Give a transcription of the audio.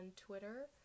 Twitter